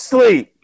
Sleep